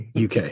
UK